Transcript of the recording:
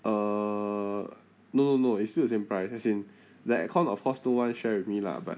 err no no it's still the same price as in like aircon of course no one share with me lah but